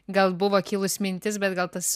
gal buvo kilus mintis bet gal tas